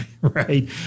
Right